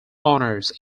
honors